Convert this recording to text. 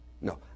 No